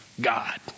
God